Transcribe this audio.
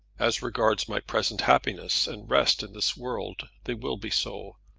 as regards my present happiness and rest in this world they will be so.